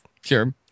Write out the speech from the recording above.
Sure